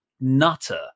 nutter